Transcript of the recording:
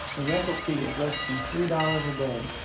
the rental fee is less than three dollars a day